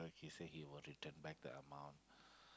so he say he will return back the amount